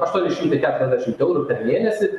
aštuoni šimtai keturiasdešimt eurų per mėnesį